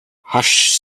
hush